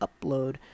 upload